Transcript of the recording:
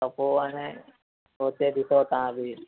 त पोइ हाणे सोचे ॾिसो तव्हां बि